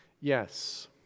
Yes